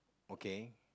okay